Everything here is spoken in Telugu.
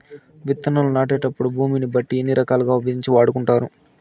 విత్తనాలు నాటేటప్పుడు భూమిని బట్టి ఎన్ని రకాలుగా విభజించి వాడుకుంటారు?